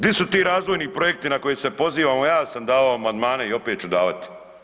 Di su ti razvojni projekti na koje se pozivamo, ja sam dao amandmane i opet ću davati.